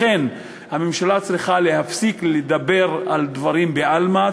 לכן הממשלה צריכה להפסיק לדבר על דברים בעלמא,